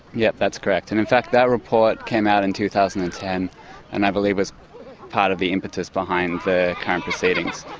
yes, that's correct, and in fact that report came out in two thousand and ten and i believe was part of the impetus behind the current proceedings.